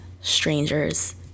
Strangers